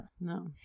no